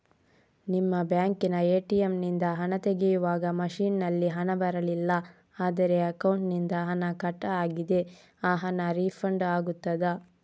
ನಿಮ್ಮ ಬ್ಯಾಂಕಿನ ಎ.ಟಿ.ಎಂ ನಿಂದ ಹಣ ತೆಗೆಯುವಾಗ ಮಷೀನ್ ನಲ್ಲಿ ಹಣ ಬರಲಿಲ್ಲ ಆದರೆ ಅಕೌಂಟಿನಿಂದ ಹಣ ಕಟ್ ಆಗಿದೆ ಆ ಹಣ ರೀಫಂಡ್ ಆಗುತ್ತದಾ?